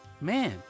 Man